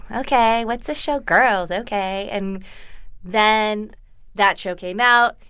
ok, what's the show girls? ok. and then that show came out.